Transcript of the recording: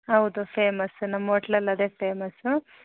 ಹೌದು ಫೇಮಸ್ಸು ನಮ್ಮ ಹೋಟ್ಲಲ್ಲದೇ ಫೇಮಸ್ಸು